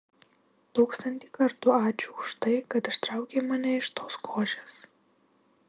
tūkstantį kartų ačiū už tai kad ištraukei mane iš tos košės